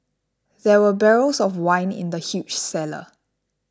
there were barrels of wine in the huge cellar